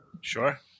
Sure